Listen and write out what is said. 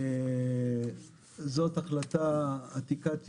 זאת החלטה עתיקת יומין,